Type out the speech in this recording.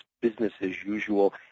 business-as-usual